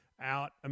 out